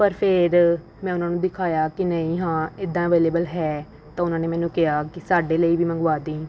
ਪਰ ਫਿਰ ਮੈਂ ਉਹਨਾਂ ਨੂੰ ਦਿਖਾਇਆ ਕਿ ਨਹੀਂ ਹਾਂ ਇੱਦਾਂ ਅਵੇਲੇਬਲ ਹੈ ਤਾਂ ਉਹਨਾਂ ਨੇ ਮੈਨੂੰ ਕਿਹਾ ਕਿ ਸਾਡੇ ਲਈ ਵੀ ਮੰਗਵਾ ਦੀ